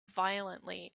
violently